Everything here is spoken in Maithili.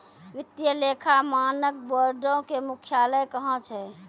वित्तीय लेखा मानक बोर्डो के मुख्यालय कहां छै?